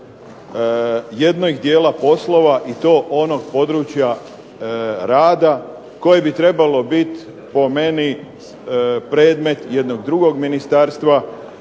jednih dijela poslova i to onog područja rada koje bi trebalo biti po meni predmet jednog drugog ministarstva